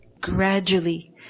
gradually